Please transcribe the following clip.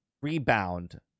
rebound